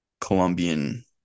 Colombian